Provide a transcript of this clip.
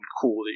cool